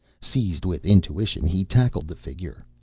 seized with intuition, he tackled the figure.